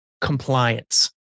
compliance